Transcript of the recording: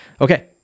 Okay